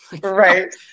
Right